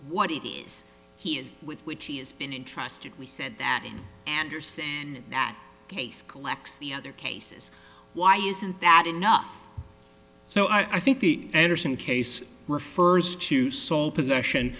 what it is he is with which he has been entrusted we said that in andersen that case collects the other cases why isn't that enough so i think the andersen case refers to sole possession